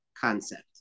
concept